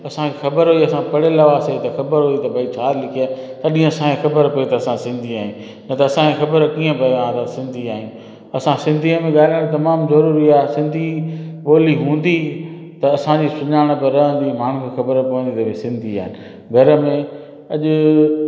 असांखे ख़बर हुई असां पढ़ियल हुआसीं त ख़बर हुई की भई छा लिखियो आहे तॾहिं असांखे ख़बर पई की असां सिंधी आहियूं न त असांखे ख़बर कीअं पिए हा असां सिंधी आहियूं असांजो सिंधी में ॻाल्हाइण तमामु ज़रूरी आहे सिंधी ॿोली हूंदी त असांजी सुञाणप रहंदी माण्हुनि खे ख़बर पवंदी की सिंधी आहिनि घर में अॼु